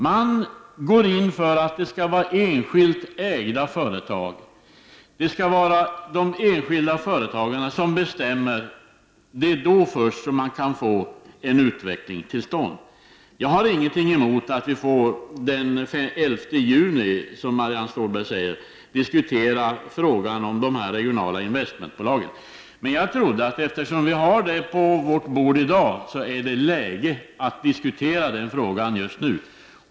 Man går in för enskilt ägda företag. Det skall vara de enskilda företagen som bestämmer. Det är så man kan få en utveckling till stånd. Jag har ingenting emot att vi den 11 juni, som Marianne Stålberg säger, får diskutera frågan om dessa regionala investmentbolag. Men jag trodde att eftersom vi har frågan på vårt bord nu är det läge att diskutera frågan.